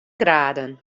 graden